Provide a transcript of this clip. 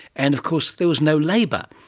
and of course there was no labour.